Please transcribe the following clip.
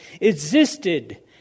existed